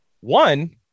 one